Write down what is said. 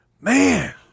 man